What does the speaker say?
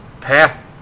path